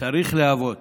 וצריך להוות